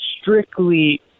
strictly